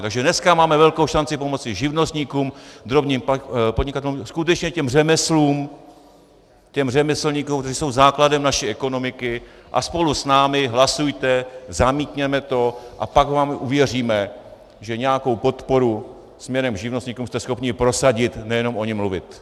Takže dneska máme velkou šanci pomoci živnostníkům, drobným podnikatelům, skutečně těm řemeslům, těm řemeslníkům, kteří jsou základem naší ekonomiky, a spolu s námi hlasujte, zamítněme to, a pak vám uvěříme, že nějakou podporu směrem k živnostníkům jste schopni prosadit, nejenom o ní mluvit.